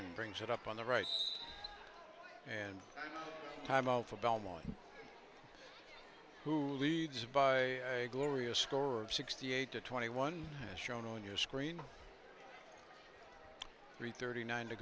patient brings it up on the right and i'm all for belmont who leads by a glorious score of sixty eight to twenty one as shown on your screen three thirty nine to